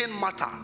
matter